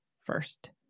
first